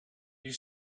you